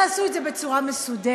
תעשו את זה בצורה מסודרת,